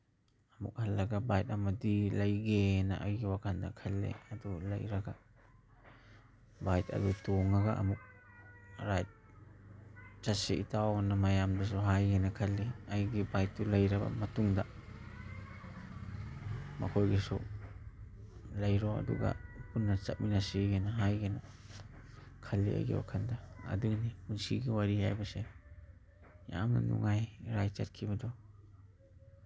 ꯑꯃꯨꯛ ꯍꯜꯂꯒ ꯕꯥꯏꯛ ꯑꯃꯗꯤ ꯂꯩꯒꯦꯅ ꯑꯩꯒꯤ ꯋꯥꯈꯟꯗ ꯈꯜꯂꯤ ꯂꯩꯔꯒ ꯕꯥꯏꯛ ꯑꯗꯨ ꯇꯣꯡꯉꯒ ꯑꯃꯨꯛ ꯔꯥꯏꯠ ꯆꯠꯁꯤ ꯏꯇꯥꯎꯑꯅ ꯃꯌꯥꯝꯗꯁꯨ ꯍꯥꯏꯒꯦꯅ ꯈꯜꯂꯤ ꯑꯩꯒꯤ ꯕꯥꯏꯛꯇꯨ ꯂꯩꯔꯕ ꯃꯇꯨꯡꯗ ꯃꯈꯣꯏꯒꯤꯁꯨ ꯂꯩꯔꯣ ꯑꯗꯨꯒ ꯄꯨꯟꯅ ꯆꯠꯃꯤꯟꯅꯁꯤꯑꯅ ꯍꯥꯏꯒꯦꯅ ꯈꯜꯂꯤ ꯑꯩꯒꯤ ꯋꯥꯈꯟꯗ ꯑꯗꯨꯅꯤ ꯄꯨꯟꯁꯤꯒꯤ ꯋꯥꯔꯤ ꯍꯥꯏꯕꯁꯦ ꯌꯥꯝꯅ ꯅꯨꯡꯉꯥꯏ ꯔꯥꯏꯠ ꯆꯠꯈꯤꯕꯗꯨ